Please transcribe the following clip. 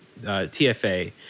TFA